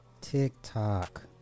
TikTok